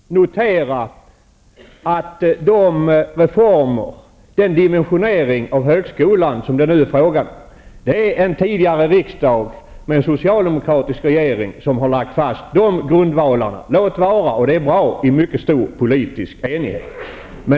Herr talman! Låt mig först notera att grundvalarna till de reformer och den dimensionering av högskolan som det nu är fråga om har lagts fast av en tidigare riksdag med en socialdemokratisk regering -- låt vara, och det är bra, i mycket stor politisk enighet.